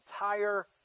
entire